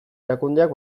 erakundeak